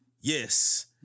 yes